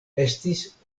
estis